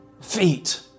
feet